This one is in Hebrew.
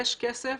יש כסף.